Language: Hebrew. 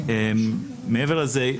מעבר לזה,